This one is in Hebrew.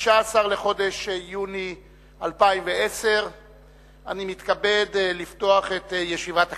16 לחודש יוני 2010. אני מתכבד לפתוח את ישיבת הכנסת.